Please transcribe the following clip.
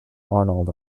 arnold